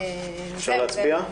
אפשר להצביע?